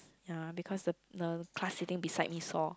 ya because the the crush sitting me beside me saw